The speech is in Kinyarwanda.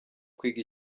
kwiga